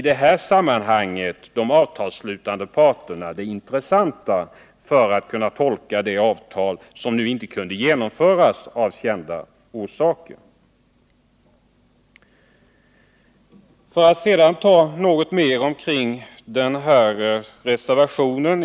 Det är ju de avtalsslutande parterna som är intressanta när det gäller tolkningen av det här avtalet, som av kända orsaker inte senare kunde genomföras.